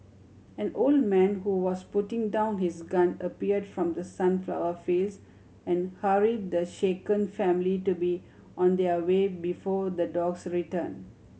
an old man who was putting down his gun appeared from the sunflower fields and hurry the shaken family to be on their way before the dogs return